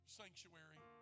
sanctuary